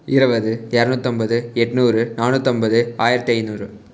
இருவது இரநூத்தம்பது எட்நூறு நானூற்றைம்பது ஆயிரத்தி ஐநூறு